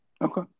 Okay